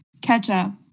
Ketchup